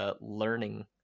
learning